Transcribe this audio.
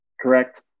correct